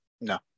no